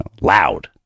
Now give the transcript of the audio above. loud